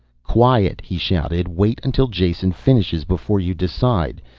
quiet! he shouted. wait until jason finishes before you decide.